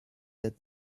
that